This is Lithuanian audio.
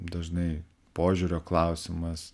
dažnai požiūrio klausimas